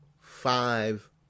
five